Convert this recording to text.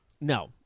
No